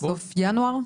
סוף ינואר?